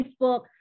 Facebook